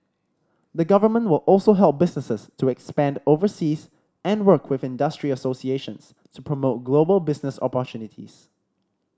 the government will also help businesses to expand overseas and work with industry associations to promote global business opportunities